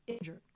injured